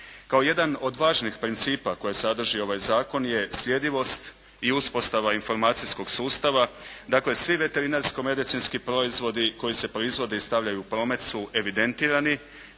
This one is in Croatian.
kao jedan od važnih principa koje sadrži ovaj zakon je sljedivost i uspostava informacijskog sustava. Dakle, svi veterinarsko-medicinski proizvodi koji se proizvode i stavljaju u promet su evidentirani,